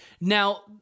Now